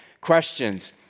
questions